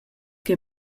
che